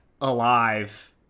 alive